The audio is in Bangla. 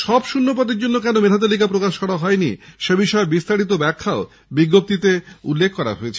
সব শূন্যপদের কেন মেধাতালিকা প্রকাশ করা হয়নি সে বিষয়ে বিস্তারিত ব্যাখ্যা বিজ্ঞপ্তি দিয়ে জানান হয়েছে